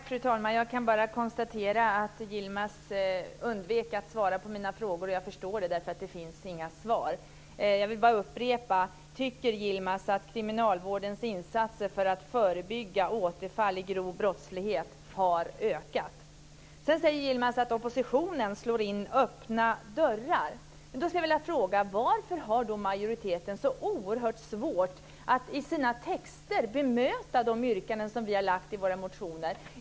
Fru talman! Jag kan bara konstatera att Yilmaz undvek att svara på mina frågor. Jag förstår det, för det finns inga svar. Jag vill bara upprepa: Tycker Yilmaz att kriminalvårdens insatser för att förebygga återfall i grov brottslighet har ökat? Sedan säger Yilmaz att oppositionen slår in öppna dörrar. Då skulle jag vilja fråga: Varför har då majoriteten så oerhört svårt att i sina texter bemöta de yrkanden som vi har lagt fram i våra motioner?